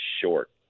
short